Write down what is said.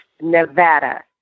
Nevada